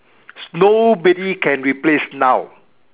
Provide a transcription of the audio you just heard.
nobody can replace now